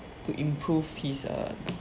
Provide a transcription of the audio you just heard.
to improve his err